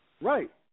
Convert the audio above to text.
Right